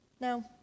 No